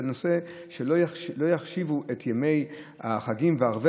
זה הנושא שלא יחשיבו את ימי החגים וערבי